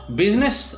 business